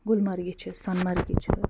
گُلمرگہِ چھِ سۄنہٕ مرگہِ چھِ